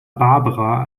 barbara